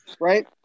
right